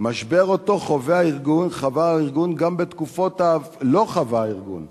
משבר שהארגון לא חווה גם